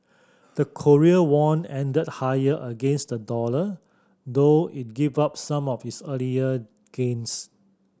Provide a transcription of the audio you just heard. the Korean won ended higher against the dollar though it gave up some of its earlier gains